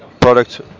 product